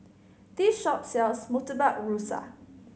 this shop sells Murtabak Rusa